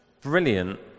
brilliant